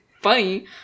funny